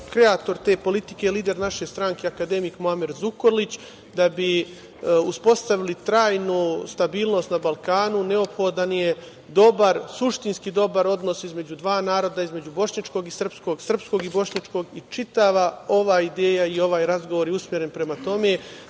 Kreator te politike i lider naše stranke je akademik Muamer Zukorlić. Da bi uspostavili trajnu stabilnost na Balkanu neophodan je dobar, suštinski dobar odnos između dva naroda, između bošnjačkog i srpskog, srpskog i bošnjačkog i čitava ova ideja i ovaj razgovor je usmeren prema tome,